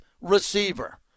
receiver